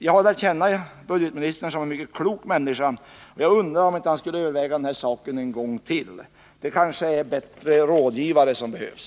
Jag har lärt känna budgetministern som en mycket klok människa, och jag undrar om han inte skulle överväga den här frågan en gång till — det är kanske bättre rådgivare som behövs.